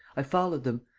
i followed them.